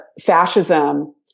fascism